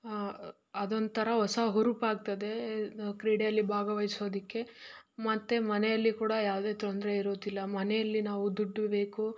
ಅದೊಂಥರ ಹೊಸ ಹುರುಪಾಗ್ತದೆ ಕ್ರೀಡೆಯಲ್ಲಿ ಭಾಗವಹಿಸೋದಿಕ್ಕೆ ಮತ್ತು ಮನೆಯಲ್ಲಿ ಕೂಡ ಯಾವುದೇ ತೊಂದರೆ ಇರುವುದಿಲ್ಲ ಮನೆಯಲ್ಲಿ ನಾವು ದುಡ್ಡು ಬೇಕು